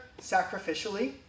sacrificially